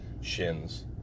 shins